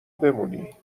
بمونی